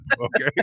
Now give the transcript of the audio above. Okay